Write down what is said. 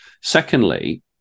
secondly